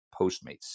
Postmates